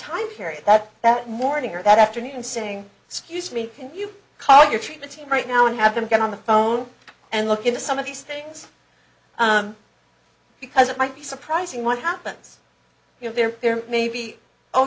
time period that that morning or that afternoon saying excuse me can you call your treatment team right now and have them get on the phone and look into some of these things because it might be surprising what happens you know they're there maybe oh